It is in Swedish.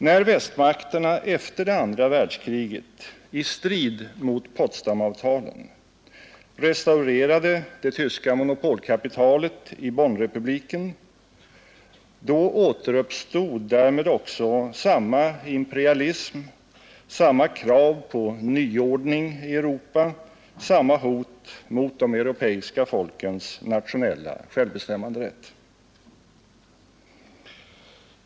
När västmakterna efter det andra världskriget — i strid mot Potsdamavtalen — restaurerade det tyska monopolkapitalet i Bonn-republiken återuppstod därmed också samma imperialism, samma krav på nyordning i Europa, samma hot mot de europeiska folkens nationella självbestämmanderätt.